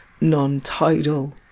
non-tidal